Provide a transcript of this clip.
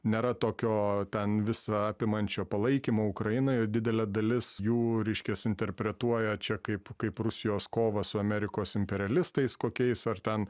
nėra tokio ten visa apimančio palaikymo ukrainai didelė dalis jų reiškias interpretuoja čia kaip kaip rusijos kovą su amerikos imperialistais kokiais ar ten